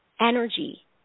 energy